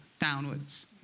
downwards